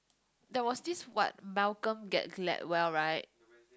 there was this what Malcom get Gladwell right